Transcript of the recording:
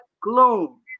gloom